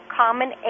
common